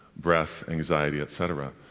breath, anxiety, etc.